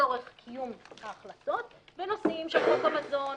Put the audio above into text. לצורך קיום ההחלטות בנושאים של חוק המזון,